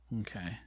Okay